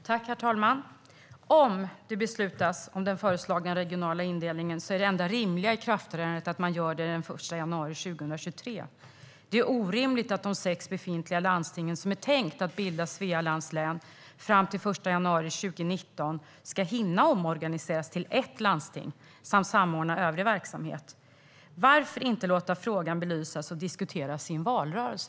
Herr talman! Om det beslutas om den föreslagna regionala indelningen är det enda rimliga ikraftträdandet den 1 januari 2023. Det är orimligt att de sex befintliga landsting som är tänkta att bilda Svealands län ska hinna omorganiseras till ett landsting som samordnar övrig verksamhet till den 1 januari 2019. Varför inte låta frågan belysas och diskuteras i en valrörelse?